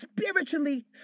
spiritually